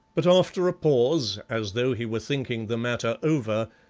but after a pause, as though he were thinking the matter over,